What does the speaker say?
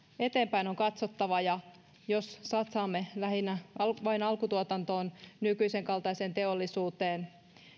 eteenpäin on katsottava ja jos satsaamme lähinnä vain alkutuotantoon nykyisen kaltaiseen teollisuuteen